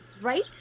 Right